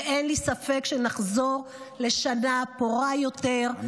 ואין לי ספק שנחזור לשנה פורה יותר,